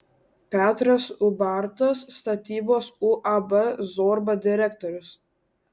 petras ubartas statybos uab zorba direktorius